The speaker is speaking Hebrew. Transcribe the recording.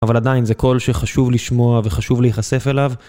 אבל עדיין זה קול שחשוב לשמוע וחשוב להיחשף אליו.